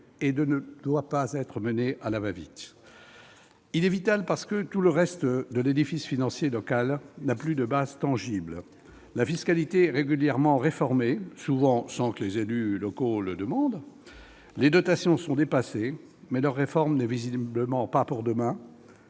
ne doit pas être mené à la va-vite, car il est vital, et pour cause : le reste de l'édifice financier local n'a plus de base tangible. La fiscalité est régulièrement réformée, souvent sans que les élus locaux le demandent ; les dotations sont dépassées, mais leur réforme n'est visiblement pas pour demain